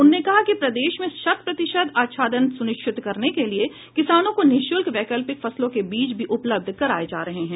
उन्होंने कहा कि प्रदेश में शत् प्रतिशत आच्छादन सुनिश्चित करने के लिए किसानों को निःशुल्क वैकल्पिक फसलों के बीज भी उपलब्ध कराये जा रहे हैं